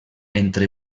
entre